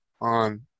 on